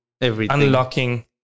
unlocking